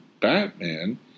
Batman